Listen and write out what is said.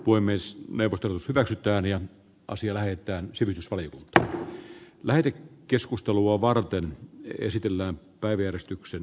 avoimessa neuvottelussa vältytään ja sen vuoksi on tärkeää että tämä tasapaino säilyisi